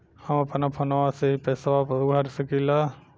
हम अपना फोनवा से ही पेसवा भर सकी ला?